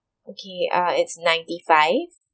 okay uh it's ninety-five